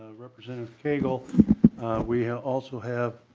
ah representative koegel we also have